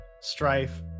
Strife